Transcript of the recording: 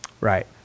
Right